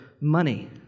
money